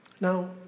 Now